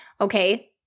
Okay